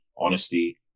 Honesty